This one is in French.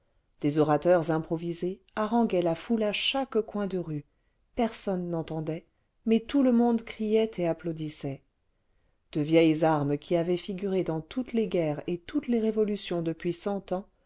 des orateurs improvisés haranguaient la foule à chaque coin de rue personne n'entendait mais tout le monde criait et applaudissait de vieilles armes qui avaient figuré dans toutes les guerres et toutes les révolutions depuis cent ans